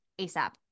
ASAP